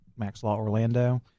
MaxLawOrlando